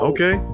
Okay